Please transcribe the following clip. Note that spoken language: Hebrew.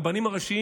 הרבנים הראשיים,